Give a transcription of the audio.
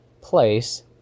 place